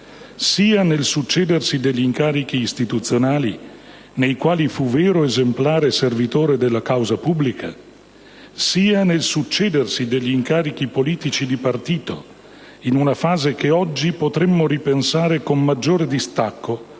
sia nel succedersi degli incarichi istituzionali, nei quali fu vero esemplare servitore della causa pubblica, sia nel succedersi degli incarichi politici di partito, in una fase che oggi potremmo ripensare con maggiore distacco,